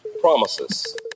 promises